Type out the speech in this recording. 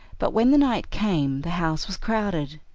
but when the night came the house was crowded.